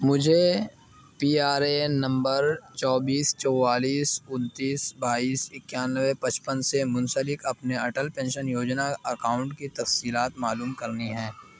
مجھے P R A N number چوبیس چوالیس انتیس بائیس اکانوے پچپن سے منسلک اپنے اٹل پینشن یوجنا اکاؤنٹ کی تفصیلات معلوم کرنی ہے